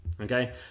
okay